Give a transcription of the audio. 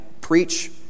preach